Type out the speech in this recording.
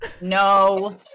No